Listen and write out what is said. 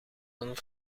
van